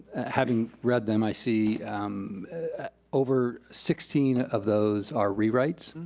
having read them, i see over sixteen of those are rewrites.